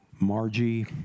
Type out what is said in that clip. Margie